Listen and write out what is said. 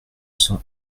cent